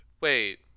wait